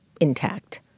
intact